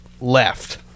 left